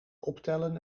optellen